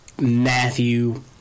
Matthew